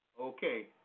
Okay